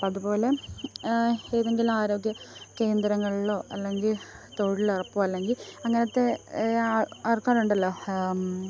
അപ്പോൾ അതുപോലെ ഏതെങ്കിലും ആരോഗ്യം കേന്ദ്രങ്ങളിലോ അല്ലെങ്കിൽ തൊഴിലുറപ്പോ അല്ലെങ്കിൽ അങ്ങനെത്തെ ആൾക്കാരുണ്ടല്ലോ